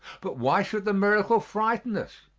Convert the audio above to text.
but why should the miracle frighten us?